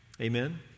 Amen